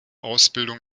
ausbildung